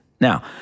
Now